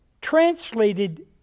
translated